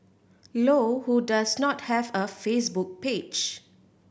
low who does not have a Facebook page